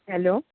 hello